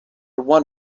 one